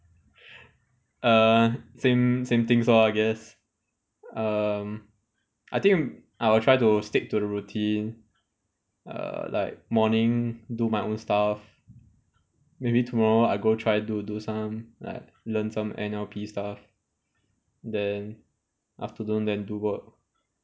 uh same same things lor I guess um I think I will try to stick to the routine err like morning do my own stuff maybe tomorrow I go try to do some like learn some N_L_P stuff then afternoon then do work